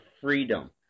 freedom